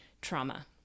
trauma